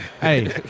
hey